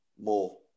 more